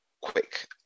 quick